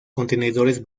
contenedores